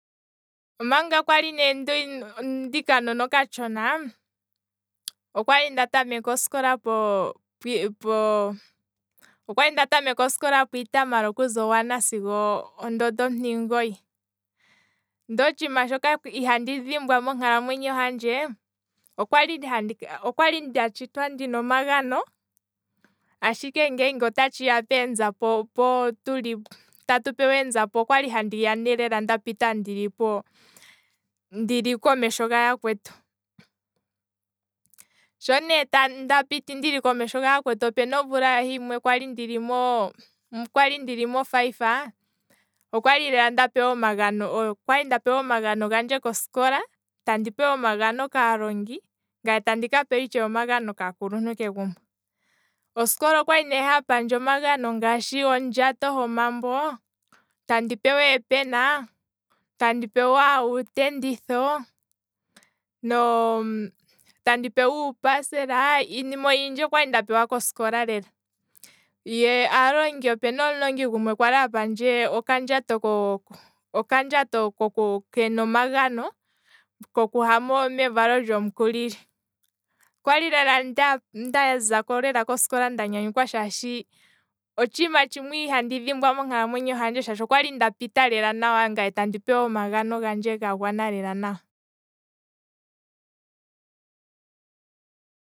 Omanga kwali ne ndika nona okatshona, okwali nda tameke osikola po- po, okwali nda tameke osikola poitamalo okuza oone sigo ondondo ontimugoyi, ndee otshiima shoka ihandi dhimbwa monkalamwenyo handje, okwali handi, okwali nda tshitwa ndina omagano, ashike ngele ota tshiya peenzapo nda pita okwali handi kala ndili po, ndili komeshoga yakwetu, sho nee ndapiti ndili komesho ga yakwetu, opena ethimbo limwe kwali ndili mofive, okwali lela nda pewa omagano, okwali nda pewa omagano gandje kosikola, tandi pewa omagano kaalongi, ngaye tandi ka pewa itshewe omagano kaakuluntu kegumbo, osikola okwali ne hapandje omagano ngaashi ondjato homambo, tandi pewa eepena, tandi pewa uutenditho, no, tandi pewa uuparcel. iinima oyindji okwali nda pewa kosikola lela, ye aalongi, opena omulongi gumwe ali apandje okandjato, okandjato koko kena omagano, ko kuha mevalo lyomukulili, okwali lela nda zako kosikola nda nyanyukwa shaashi, otshiima tshimwe ihandi dhimbwa monkalamwenyo hanje shaashi okwali ndapita lela nawa ngaye tandi pewa omagano gandje ga gwana lela nawa.